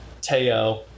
Teo